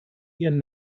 ihren